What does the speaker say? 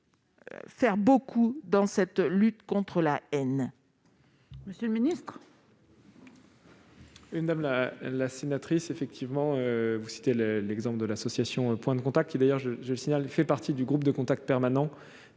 faire beaucoup dans cette lutte contre la haine.